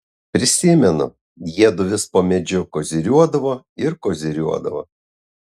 prisimenu jiedu vis po medžiu koziriuodavo ir koziriuodavo